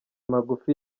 magufi